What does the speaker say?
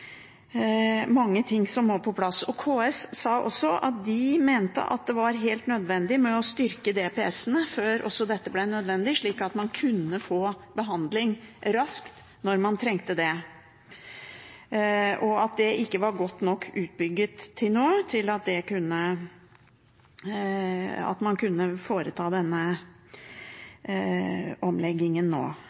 mange ting som må på plass. KS sa også at de mente det var helt nødvendig å styrke DPS-ene før dette ble nødvendig, slik at man kunne få behandling raskt når man trengte det, og at det ikke var godt nok utbygd til nå til at man kunne foreta denne omleggingen nå.